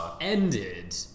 ended